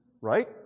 right